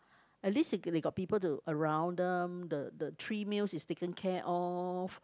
at least th~ they got people to around them the the three meals is taken care of